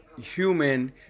human